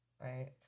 right